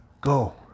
go